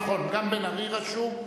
נכון, גם בן-ארי רשום.